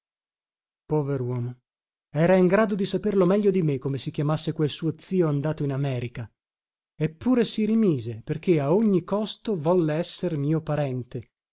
conssulo poveruomo era in grado di saperlo meglio di me come si chiamasse quel suo zio andato in america eppure si rimise perché a ogni costo volle esser mio parente